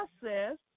process